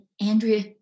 Andrea